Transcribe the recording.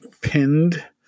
pinned